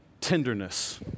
tenderness